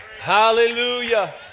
Hallelujah